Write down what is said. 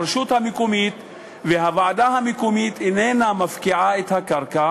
הרשות המקומית והוועדה המקומית אינן מפקיעות את הקרקע